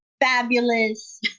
fabulous